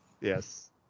Yes